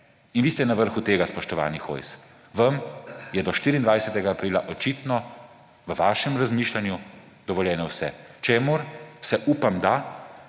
In vi ste na vrhu tega, spoštovani Hojs. Vam je do 24. aprila očitno v vašem razmišljanju dovoljeno vse, čemur se bo, upam da,